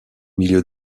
milieu